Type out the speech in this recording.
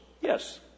Yes